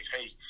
hey